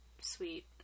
sweet